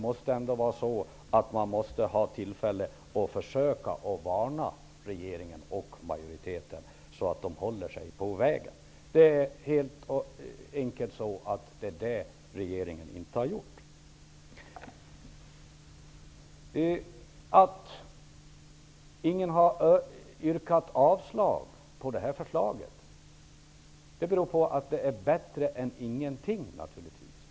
Men man måste ha tillfälle att försöka varna regeringen och majoriteten så att de håller sig på vägen. Regeringen har inte gjort det. Att ingen har yrkat avslag på förslaget beror naturligtvis på att det är bättre än ingenting.